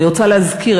אני רוצה להזכיר.